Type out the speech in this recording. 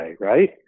right